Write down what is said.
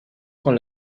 con